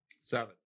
Seven